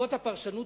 בעקבות הפרשנות